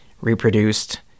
reproduced